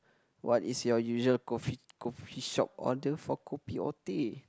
what is your usual coffee coffeeshop order for kopi or teh